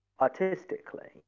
artistically